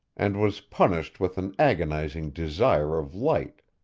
and was punished with an agonizing desire of light,